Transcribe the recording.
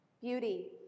Beauty